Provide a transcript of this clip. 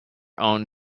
own